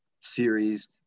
series